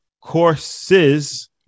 courses